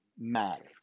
matter